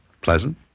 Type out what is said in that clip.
Pleasant